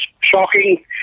shocking